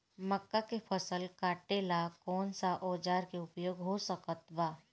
मक्का के फसल कटेला कौन सा औजार के उपयोग हो सकत बा?